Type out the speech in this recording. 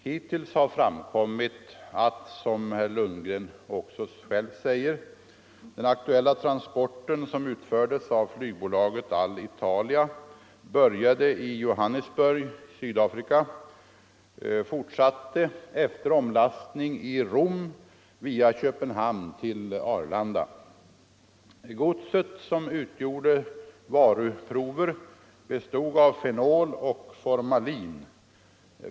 Hittills har framkommit, som herr Lundgren själv säger, att den aktuella transporten som utfördes av flygbolaget Alitalia började i Johannesburg i Sydafrika och fortsatte, efter omlastning i Rom, via Köpenhamn till Arlanda. Godset, som utgjorde varuprover, bestod av fenol och formalin.